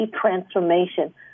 transformation